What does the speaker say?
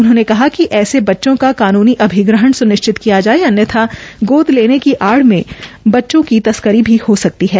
उन्होंने कहा कि ऐसे बच्चों का कानूनी अधिग्रहण सुनिश्चित किया जाये अन्यथा गोद लेने की आइ में बच्चों की तस्क्री भी हो सकती है